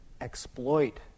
exploit